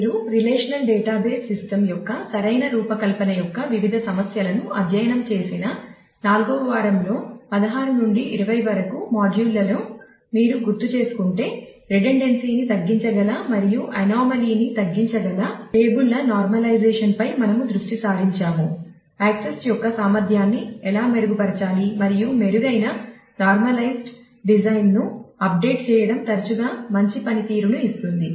మీరు relational database system చేయడం తరచుగా మంచి పనితీరును ఇస్తుంది